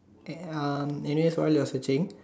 and is this why you are searching